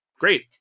great